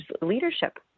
Leadership